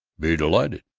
be delighted.